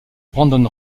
brandon